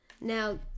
Now